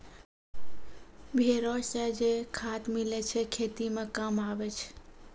भेड़ो से जे खाद मिलै छै खेती मे काम आबै छै